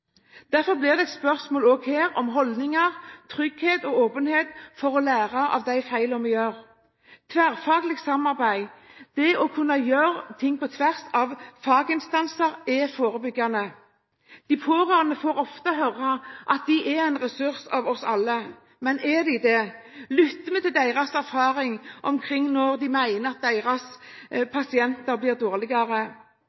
Derfor blir dette også et spørsmål om holdninger, trygghet og åpenhet nok til å lære av de feilene vi gjør. Tverrfaglig samarbeid – å kunne gjøre ting på tvers av faginstanser – er forebyggende. De pårørende får ofte høre at de er en ressurs for oss alle. Men er de det? Lytter vi til deres erfaring når de mener at deres